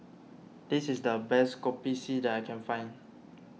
this is the best Kopi C that I can find